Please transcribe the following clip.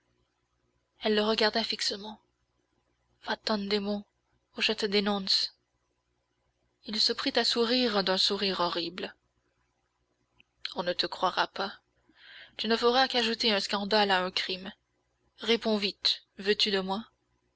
elle le regarda fixement va-t'en démon ou je te dénonce il se prit à sourire d'un sourire horrible on ne te croira pas tu ne feras qu'ajouter un scandale à un crime réponds vite veux-tu de moi